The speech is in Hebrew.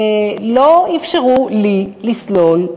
לא אפשרו לי לסלול,